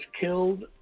killed